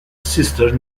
sister